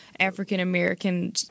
african-american